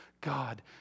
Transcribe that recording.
God